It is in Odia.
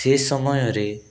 ସେ ସମୟରେ